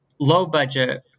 low-budget